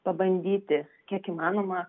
pabandyti kiek įmanoma